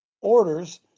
orders